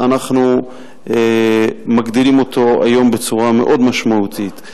אנחנו מגדילים אותו היום בצורה מאוד משמעותית.